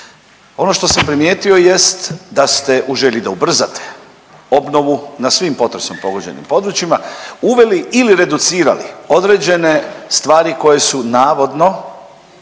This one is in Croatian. Ono što sam primijetio jest da ste u želji da ubrzate obnovu na svim potresom pogođenim područjima uveli ili reducirali određene stvari koje su navodno